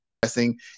Pressing